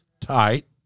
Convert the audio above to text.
tight